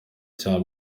cya